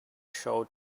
showed